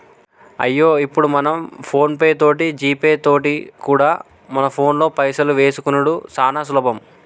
అయ్యో ఇప్పుడు మనం ఫోన్ పే తోటి జీపే తోటి కూడా మన ఫోన్లో పైసలు వేసుకునిడు సానా సులభం